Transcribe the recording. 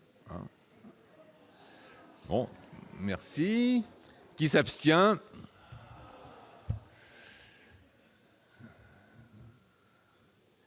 Merci qui s'abstient.